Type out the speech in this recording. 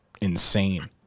insane